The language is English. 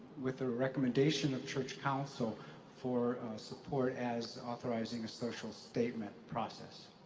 with the recommendation of church council for support as authorizing a social statement process.